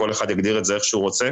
כל אחד יגדיר את זה איך שהוא רוצה.